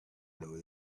though